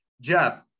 Jeff